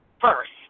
first